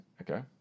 Okay